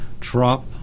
Trump